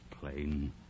plain